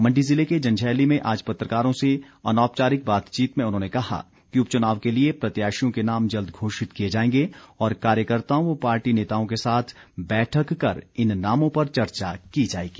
मंडी जिले के जंजैहली में आज पत्रकारों से अनौपचारिक बातचीत में उन्होंने कहा कि उपच्नाव के लिए प्रत्याशियों के नाम जल्द घोषित किए जाएंगे और कार्यकर्ताओं व पार्टी नेताओं के साथ बैठक कर इन नामों पर चर्चा की जाएगी